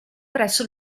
presso